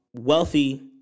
wealthy